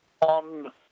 on